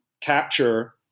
capture